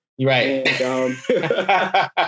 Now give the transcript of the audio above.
Right